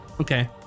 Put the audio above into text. Okay